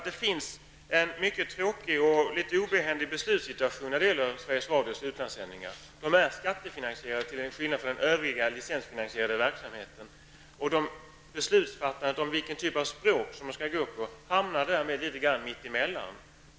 Det råder en mycket tråkig och litet obehändig beslutssituation när det gäller Sveriges Radios utlandssändningar. De är skattefinansierade till skillnad från den övriga licensfinansierade verksamheten. Besluten om vilka språk som skall sändas hamnar därmed litet mitt emellan.